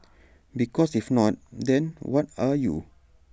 because if not then what are you